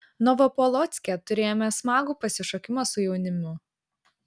novopolocke turėjome smagų pasišokimą su jaunimu